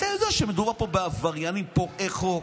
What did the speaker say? אתה יודע שמדובר פה בעבריינים, פורעי חוק,